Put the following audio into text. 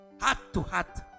Heart-to-heart